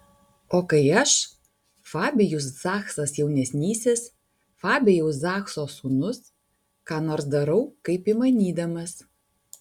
o kai aš fabijus zachsas jaunesnysis fabijaus zachso sūnus ką nors darau kaip įmanydamas